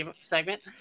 segment